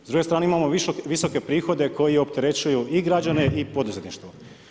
S druge strane imamo visoke prihode koji opterećuju i građana i poduzetništvo.